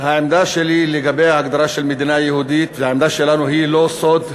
העמדה שלי לגבי ההגדרה של מדינה יהודית והעמדה שלנו היא לא סוד.